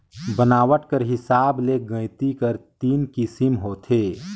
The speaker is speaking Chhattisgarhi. बनावट कर हिसाब ले गइती कर तीन किसिम होथे